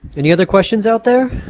any other questions out there?